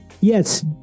yes